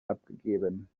abgegeben